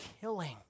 killing